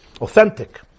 authentic